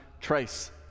trace